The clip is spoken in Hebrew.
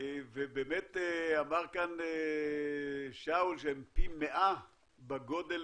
ובאמת אמר כאן שאול שהם פי 100 בגודל